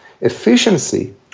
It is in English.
efficiency